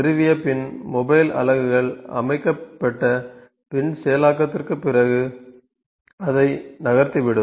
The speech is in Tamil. நிறுவிய பின் மொபைல் அலகுகள் அமைக்கப்பட்ட பின் செயலாக்கத்திற்குப் பிறகு அதை நகர்த்திவிடும்